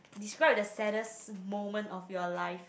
describe the saddest moment of your life